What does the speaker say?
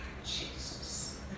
Jesus